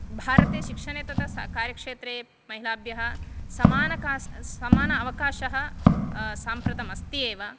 भारते शिक्षणे तथा कार्यक्षेत्रे महिलाभ्यः समानकास समान अवकाशः साम्प्रतमस्ति एव